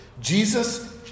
Jesus